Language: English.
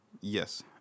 Yes